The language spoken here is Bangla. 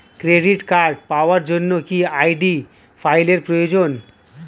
ক্রেডিট কার্ড পাওয়ার জন্য কি আই.ডি ফাইল এর প্রয়োজন?